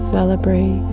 Celebrate